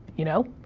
you know?